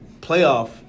playoff